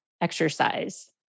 exercise